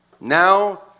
Now